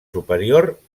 superior